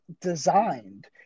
designed